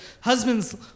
Husbands